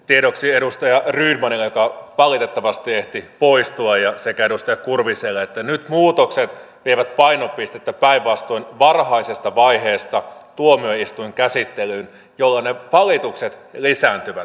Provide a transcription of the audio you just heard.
tiedoksi edustaja rydmanille joka valitettavasti ehti poistua sekä edustaja kurviselle että nyt muutokset vievät painopistettä päinvastoin varhaisesta vaiheesta tuomioistuinkäsittelyyn jolloin ne valitukset lisääntyvät